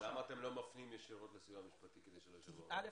למחה אתם לא מפנים ישירות לסיוע המשפטי כדי שלא ישלמו אגרה?